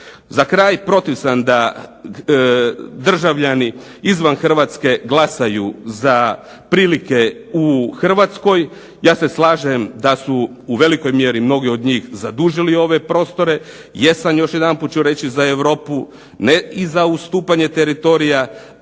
Za kraj, protiv sam da državljani izvan Hrvatske glasaju za prilike u Hrvatskoj. Ja se slažem da su u velikoj mjeri mnogi od njih zadužili ove prostore. Jesam, još jedanput ću reći, za Europu. Ne i za ustupanje teritorija,